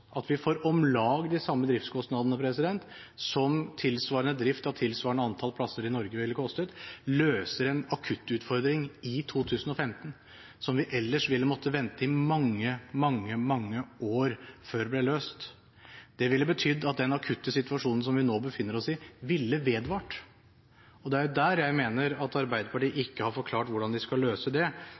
at vi får om lag de samme driftskostnadene som tilsvarende drift av tilsvarende antall plasser i Norge ville gitt. Det løser en akuttutfordring i 2015, som vi ellers ville måtte vente i mange, mange, mange år før ble løst. Det ville betydd at den akutte situasjonen som vi nå befinner oss i, ville vedvart – og det er jo der jeg mener at Arbeiderpartiet ikke har forklart hvordan de skal løse det